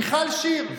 מיכל שיר,